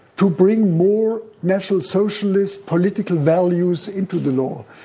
to bring more national socialist political values into the law.